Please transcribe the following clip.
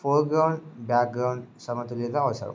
foreground background సమతుల్యత అవసరం